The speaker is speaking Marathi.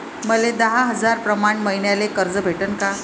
मले दहा हजार प्रमाण मईन्याले कर्ज भेटन का?